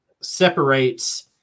separates